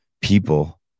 people